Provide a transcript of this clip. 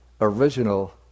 original